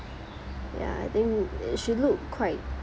ya I think she look quite